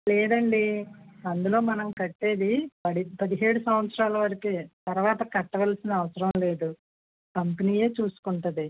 లేదండి అందులో మనం కట్టేది పది పదిహేడు సంవత్సరాల వరకే తరువాత కట్టవలసిన అవసరం లేదు కంపెనీయే చూసుకుంటుంది